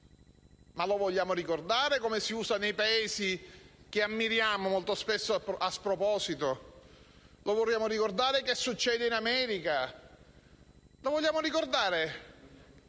Ma vogliamo ricordare qual è l'uso dei Paesi che ammiriamo, molto spesso a sproposito? Vogliamo ricordare che succede in America? Vogliamo ricordare